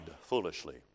foolishly